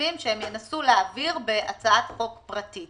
נוספים שהם ינסו להעביר בהצעת חוק פרטית.